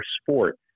sport